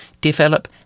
Develop